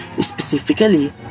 specifically